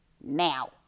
now